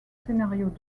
scénarios